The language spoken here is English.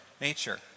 nature